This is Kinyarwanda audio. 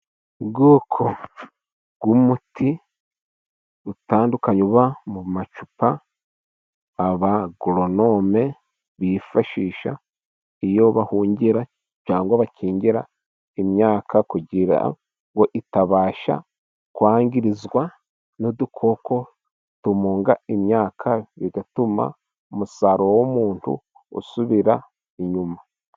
Ubwoko bw'umuti utandukanye uba mu macupa, abagoronome bifashisha iyo bahungira cyangwa bakingira imyaka, kugira ngo itabasha kwangirizwa n'udukoko tumunga imyaka, bigatuma umusaruro w'umuntu usubira inyuma.